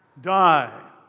die